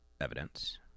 evidence